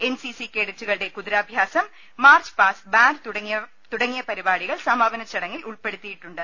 N CC കേഡറ്റുകളുടെ കുതിരാഭ്യാസം march past band തുടങ്ങി യ പരിപാടികൾ സമാപന ചടങ്ങിൽ ഉൾപ്പെടുത്തിയിട്ടുണ്ട്